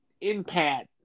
Impact